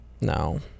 No